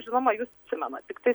žinoma jūs atsimenat tiktais